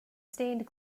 stained